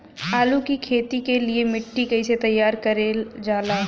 आलू की खेती के लिए मिट्टी कैसे तैयार करें जाला?